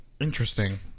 Interesting